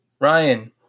Ryan